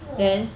!whoa!